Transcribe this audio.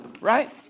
right